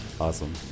Awesome